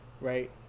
right